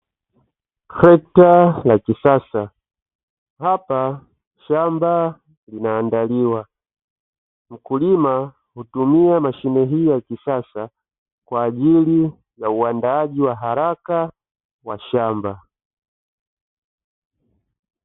Trekta la kisasa, hapa shamba linaandaliwa. Mkulima hutumia mashine hiyo ya kisasa kwa ajili ya uandaaji wa haraka wa shamba.